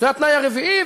זה התנאי הרביעי,